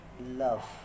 Love